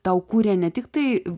tau kūrė ne tik tai